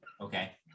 Okay